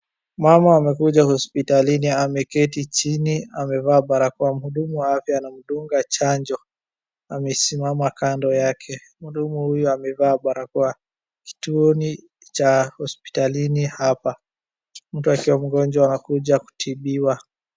Mama amekuja hospitalini ameketi chini, amevaa barakoa. Mhudumu wa afya anamdunga chanjo, amesimama kando yake. Mhudumu huyu amevaa barakoa. Kituoni cha hospitalini hapa. Mtu akiwa mgonjwa anakuja kutibiwa.